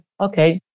okay